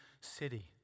city